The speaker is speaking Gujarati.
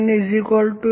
L np L